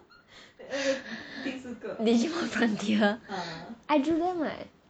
did you confront dylan I drew them [what]